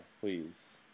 please